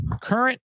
Current